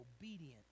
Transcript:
obedient